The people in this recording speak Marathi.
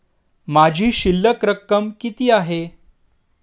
माझी शिल्लक रक्कम किती आहे?